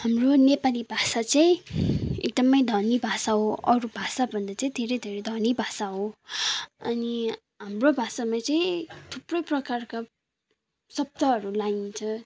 हाम्रो नेपाली भाषा चाहिँ एकदमै धनी भाषा हो अरू भाषाभन्दा चाहिँ धेरै धेरै धनी भाषा हो अनि हाम्रो भाषामा चाहिँ थुप्रो प्रकारका शब्दहरू लाइन्छ